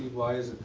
why is